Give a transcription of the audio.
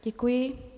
Děkuji.